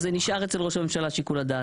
אז זה נשאר אצל ראש הממשלה, שיקול הדעת.